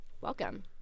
Welcome